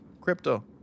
Crypto